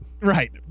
Right